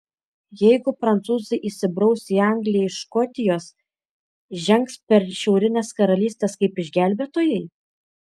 jeigu prancūzai įsibraus į angliją iš škotijos žengs per šiaurines karalystes kaip išgelbėtojai